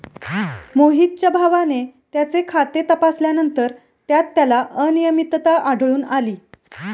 मोहितच्या भावाने त्याचे खाते तपासल्यानंतर त्यात त्याला अनियमितता आढळून आली